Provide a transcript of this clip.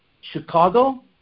Chicago